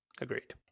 Agreed